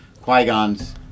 Qui-Gon's